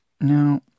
Now